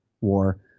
war